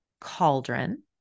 Cauldron